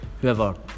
whoever